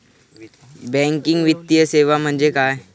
Banking वित्तीय सेवा म्हणजे काय?